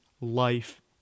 life